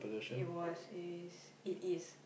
it was is it is